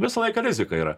visą laiką rizika yra